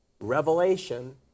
Revelation